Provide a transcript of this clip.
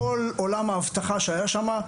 כל עולם האבטחה שהיה שם,